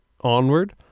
Onward